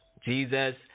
Jesus